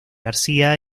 garcía